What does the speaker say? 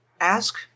ask